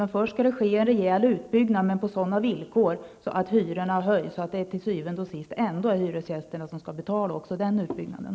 Men först skall det ske en rejäl utbyggnad. Villkoren är sådana att hyrorna höjs. Till syvende och sist är det alltså hyresgästerna som skall betala också den här utbyggnaden.